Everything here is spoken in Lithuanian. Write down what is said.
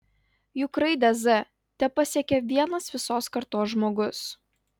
juk raidę z tepasiekia vienas visos kartos žmogus